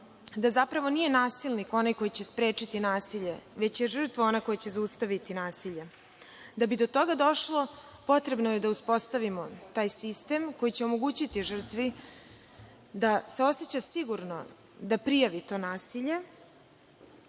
da zapravo nije nasilnik onaj koji će sprečiti nasilje, već je žrtva ona koja će zaustaviti nasilje. Da bi do toga došlo, potrebno je da uspostavimo taj sistem koji će omogućiti žrtvi da se oseća sigurno da prijavi to nasilje,